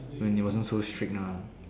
when he wasn't so strict lah